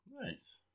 Nice